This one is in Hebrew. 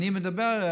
אני מדבר,